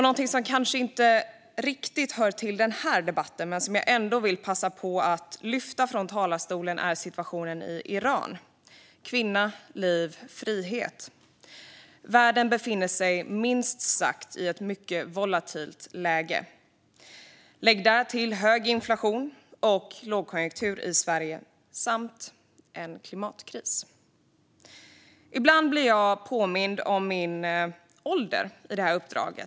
Något som kanske inte hör till denna debatt men som jag ändå vill passa på att nämna i talarstolen är situationen i Iran: Kvinna, liv, frihet! Världen befinner sig minst sagt i ett mycket volatilt läge. Lägg därtill hög inflation och lågkonjunktur i Sverige samt en klimatkris. Ibland blir jag påmind om min ålder i detta uppdrag.